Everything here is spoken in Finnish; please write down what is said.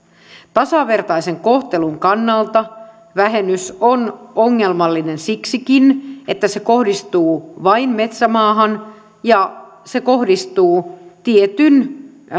tasavertaisen kohtelun kannalta vähennys on ongelmallinen siksikin että se kohdistuu vain metsämaahan ja se kohdistuu tietyn